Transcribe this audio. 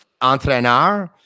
entraîneur